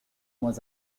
was